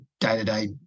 day-to-day